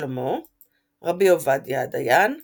שלמה ר' עובדיה הדיין ר'